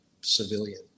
civilian